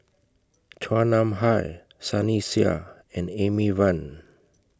Chua Nam Hai Sunny Sia and Amy Van